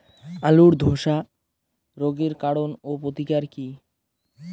আলুর ধসা রোগের কারণ ও প্রতিকার কি?